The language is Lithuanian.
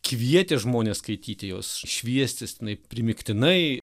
kvietė žmones skaityti juos šviestis tenai primygtinai